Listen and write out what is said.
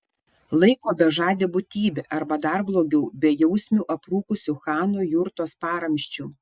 laiko bežade būtybe arba dar blogiau bejausmiu aprūkusiu chano jurtos paramsčiu